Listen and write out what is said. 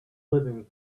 living